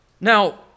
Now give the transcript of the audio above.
Now